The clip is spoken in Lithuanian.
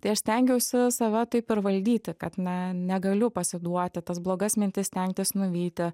tai aš stengiausi save taip ir valdyti kad ne negaliu pasiduoti tas blogas mintis stengtis nuvyti